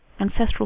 ancestral